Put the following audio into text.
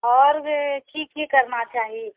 आओर भी की की करना चाही